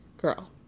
girl